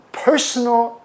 personal